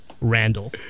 Randall